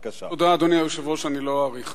אדוני היושב-ראש, תודה, אני לא אאריך.